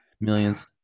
Millions